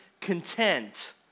content